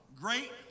great